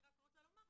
אני רק רוצה לומר,